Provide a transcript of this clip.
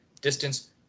distance